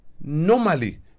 normally